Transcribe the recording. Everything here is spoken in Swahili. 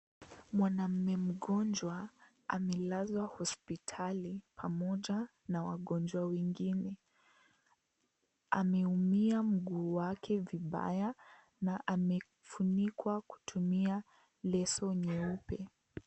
Mwanamume mgonjwa amelazwa hospitali pamoja na wanaume wengine. Ameumia mguu wake vibaya na amefunikwa kutumia leso nyeupe.